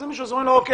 אומרים לו שבסדר,